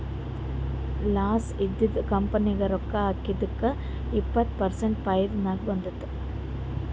loss ಇದ್ದಿದು company ನಾಗ್ ರೊಕ್ಕಾ ಹಾಕಿದ್ದುಕ್ ಇಪ್ಪತ್ ಪರ್ಸೆಂಟ್ ಫೈದಾ ನಾಗ್ ಬಂದುದ್